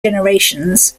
generations